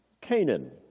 Canaan